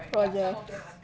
oh ya